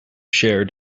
shared